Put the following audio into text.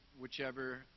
whichever